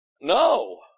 No